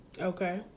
Okay